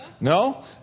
No